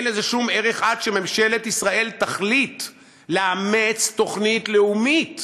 אין לזה שום ערך עד שממשלת ישראל תחליט לאמץ תוכנית לאומית